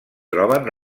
troben